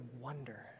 wonder